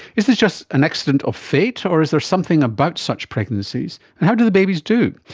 is this just an accident of fate or is there something about such pregnancies? and how do the babies do?